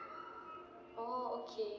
orh okay